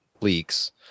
leaks